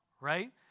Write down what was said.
right